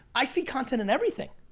i see content in everything!